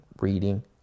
reading